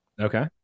Okay